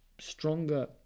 Stronger